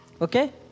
Okay